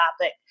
topic